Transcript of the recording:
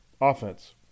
offense